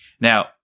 Now